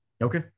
Okay